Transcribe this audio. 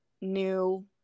new